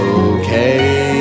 okay